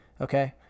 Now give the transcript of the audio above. Okay